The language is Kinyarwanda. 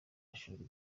mashuri